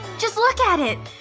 just look at it!